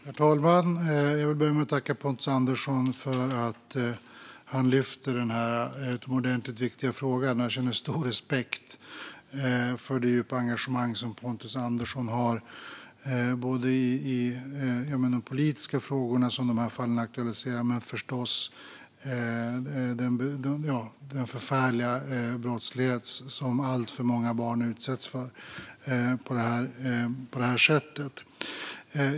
Herr talman! Jag vill börja med att tacka Pontus Andersson för att han lyfter denna utomordentligt viktiga fråga. Jag känner stor respekt för Pontus Anderssons djupa engagemang när det gäller både de politiska frågor som dessa fall aktualiserar och, förstås, den förfärliga brottslighet som alltför många barn utsätts för på det här sättet.